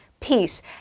peace